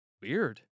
Weird